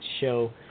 show